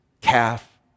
calf